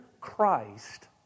Christ